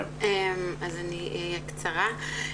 אני אהיה קצרה.